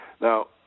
Now